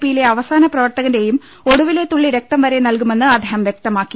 പിയിലെ അവസാന പ്രവർത്തകന്റെയും ഒടുവിലെ തുള്ളി രക്തം വരെ നൽകുമെന്ന് അദ്ദേഹം വ്യക്തമാക്കി